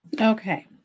Okay